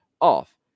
off